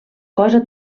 cosa